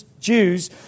Jews